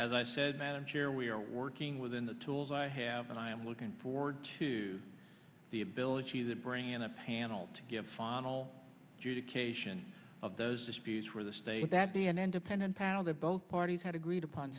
as i said man i'm sure we are working within the tools i have and i am looking forward to the ability to bring in a panel to give final judy cation of those disputes for the state that the an independent panel that both parties had agreed upon